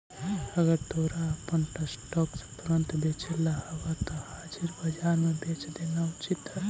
अगर तोरा अपन स्टॉक्स तुरंत बेचेला हवऽ त हाजिर बाजार में बेच देना उचित हइ